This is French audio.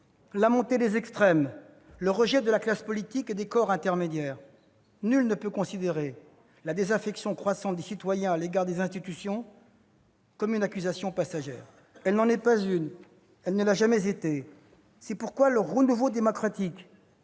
la montée des extrêmes, le rejet de la classe politique et des corps intermédiaires. Nul ne peut considérer la désaffection croissante des citoyens à l'égard des institutions comme une accusation passagère. Elle n'en est pas une, elle ne l'a jamais été. C'est pourquoi le renouveau démocratique